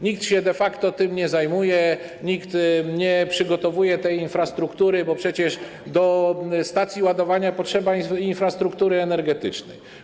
Nikt się de facto tym nie zajmuje, nikt nie przygotowuje infrastruktury, a przecież do stacji ładowania potrzeba infrastruktury energetycznej.